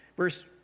Verse